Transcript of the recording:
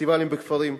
פסטיבלים בכפרים,